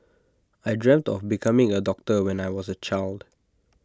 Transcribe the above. I dreamt of becoming A doctor when I was A child